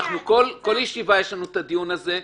כל ישיבה יש לנו את הדיון הזה,